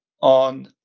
on